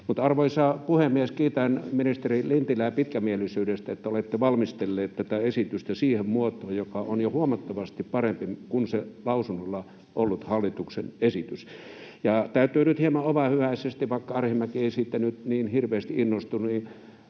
Arvoisa puhemies! Kiitän ministeri Lintilää pitkämielisyydestä ja siitä, että olette valmistellut tätä esitystä siihen muotoon, joka on jo huomattavasti parempi kuin se lausunnolla ollut hallituksen esitys. Ja täytyy nyt hieman omahyväisesti sanoa, vaikka Arhinmäki ei siitä nyt niin hirveästi innostunut,